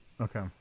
Okay